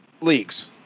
leagues